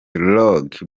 lodge